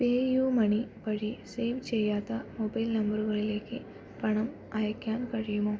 പേയുമണി വഴി സേവ് ചെയ്യാത്ത മൊബൈൽ നമ്പറുകളിലേക്ക് പണം അയക്കാൻ കഴിയുമോ